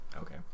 Okay